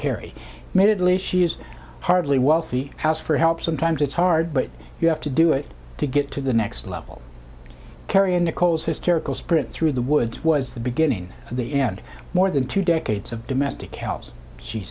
least she is hardly wealthy house for help sometimes it's hard but you have to do it to get to the next level carrying nicole's hysterical spirits through the woods was the beginning of the end more than two decades of domestic h